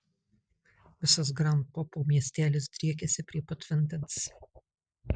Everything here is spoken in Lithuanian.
visas grand popo miestelis driekiasi prie pat vandens